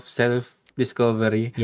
self-discovery